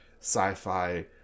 sci-fi